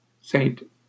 Saint